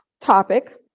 topic